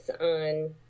on